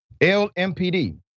LMPD